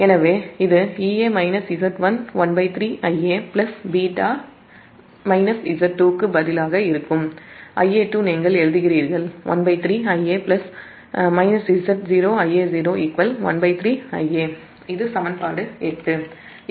எனவே இது Ea Z1 13 Ia β Z2 க்கு பதிலாக இருக்கும் Ia2 13 Ia Z0 Ia0 13 Ia இது சமன்பாடு 8 என்று எழுதுகிறீர்கள்